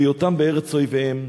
"בהיותם בארץ אֹיביהם,